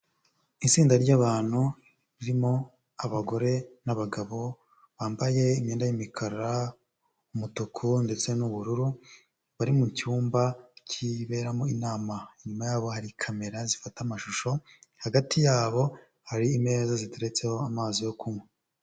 Itsinda ry'abantu ririmo abagore n'abagabo bambaye imyenda y'imikara, umutuku ndetse n'ubururu bari mu cyumba kiberamo inama. Inyuma yabo hari kamera zifata amashusho, hagati yabo hari imeza ziteretseho amazi yo kunywa.